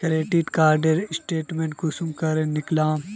Credit कार्डेर statement कुंसम करे निकलाम?